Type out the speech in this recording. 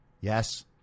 Yes